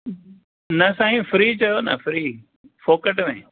न साईं फ्री चयो न फ्री फ़ोकट में